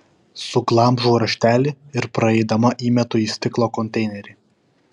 suglamžau raštelį ir praeidama įmetu į stiklo konteinerį